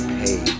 pay